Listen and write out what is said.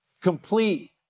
complete